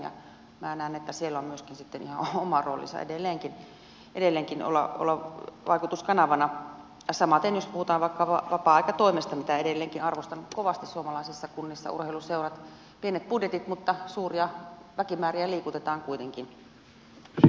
minä näen että siellä on myöskin sitten ihan oma roolinsa edelleenkin olla vaikutuskanavana samaten jos puhutaan vaikka vapaa aikatoimesta mitä edelleenkin arvostan kovasti suomalaisissa kunnissa urheiluseurat pienet budjetit mutta suuria väkimääriä liikutetaan kuitenkin